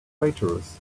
traitorous